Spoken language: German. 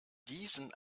diesen